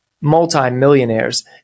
multi-millionaires